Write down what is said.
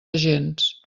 agents